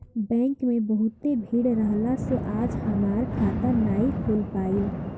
bank में बहुते भीड़ रहला से आज हमार खाता नाइ खुल पाईल